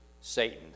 Satan